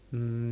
um